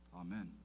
Amen